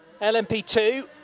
LMP2